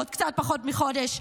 בעוד קצת פחות מחודש,